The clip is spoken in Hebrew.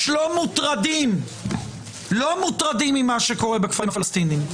לא מוטרדים ממה שקורה בכפרים הפלסטינים.